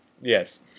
Yes